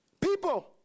People